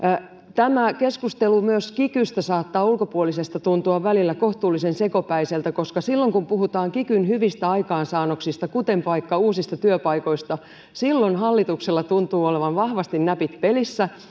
tämä keskustelu myös kikystä saattaa ulkopuolisesta tuntua välillä kohtuullisen sekopäiseltä koska silloin kun puhutaan kikyn hyvistä aikaansaannoksista kuten vaikka uusista työpaikoista silloin hallituksella tuntuu olevan vahvasti näpit pelissä mutta